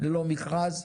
ללא מכרז.